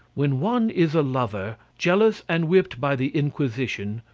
when one is a lover, jealous and whipped by the inquisition,